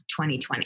2020